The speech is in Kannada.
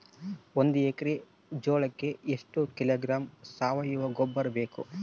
ಒಂದು ಎಕ್ಕರೆ ಜೋಳಕ್ಕೆ ಎಷ್ಟು ಕಿಲೋಗ್ರಾಂ ಸಾವಯುವ ಗೊಬ್ಬರ ಬೇಕು?